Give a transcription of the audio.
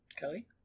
Kelly